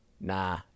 Nah